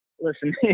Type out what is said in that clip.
Listen